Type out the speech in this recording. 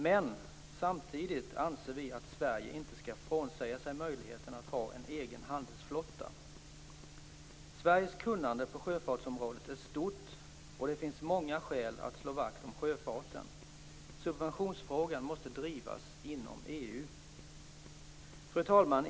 Men samtidigt anser vi att Sverige inte skall frånsäga sig möjligheten att ha en egen handelsflotta. Sveriges kunnande på sjöfartsområdet är stort, och det finns många skäl att slå vakt om sjöfarten. Subventionsfrågan måste drivas inom EU. Fru talman!